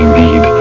need